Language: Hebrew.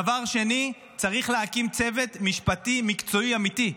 דבר שני, צריך להקים צוות משפטי מקצועי אמיתי.